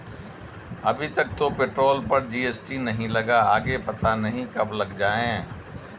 अभी तक तो पेट्रोल पर जी.एस.टी नहीं लगा, आगे पता नहीं कब लग जाएं